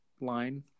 line